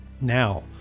Now